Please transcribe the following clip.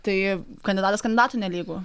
tai kandidatas kandidatui nelygu